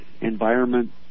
environment